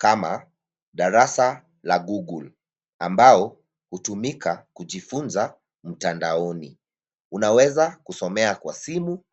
kama darasa la google ambao hutumika kujifunza mtandaoni. Unaweza kusomea kwa simu